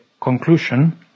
conclusion